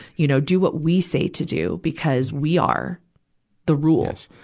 you know, do what we say to do, because we are the rule.